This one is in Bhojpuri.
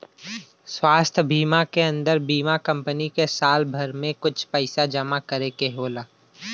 स्वास्थ बीमा के अन्दर बीमा कम्पनी के साल भर में कुछ पइसा जमा करे के होला